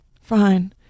Fine